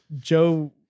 Joe